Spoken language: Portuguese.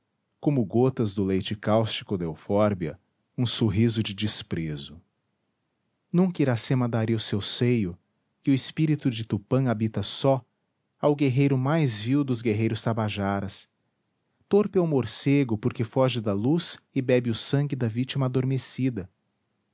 como gotas do leite cáustico da eufórbia um sorriso de desprezo nunca iracema daria seu seio que o espírito de tupã habita só ao guerreiro mais vil dos guerreiros tabajaras torpe é o morcego porque foge da luz e bebe o sangue da vítima adormecida